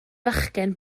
fachgen